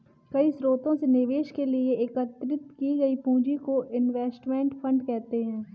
कई स्रोतों से निवेश के लिए एकत्रित की गई पूंजी को इनवेस्टमेंट फंड कहते हैं